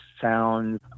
sound